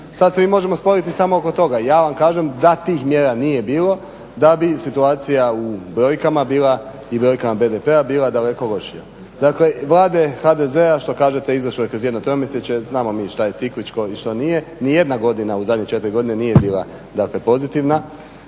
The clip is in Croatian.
Sad se mi možemo spojiti oko toga. Ja vam kažem da tih mjera nije bilo da bi situacija u brojkama bila i brojkama BDP-a bila daleko lošija. Dakle Vlade HDZ-a što kažete izvršno je kroz jedno tromjesečje, znamo mi šta je cikličko i što nije. Ni jedna godina u zadnjih 4 godine nije bila dakle pozitivna,